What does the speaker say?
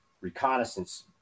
reconnaissance